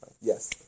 Yes